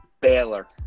Baylor